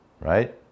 right